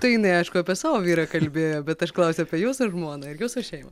tai jinai aišku apie savo vyrą kalbėjo bet aš klausiu apie jūsų žmoną ir jūsų šeimą